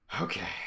Okay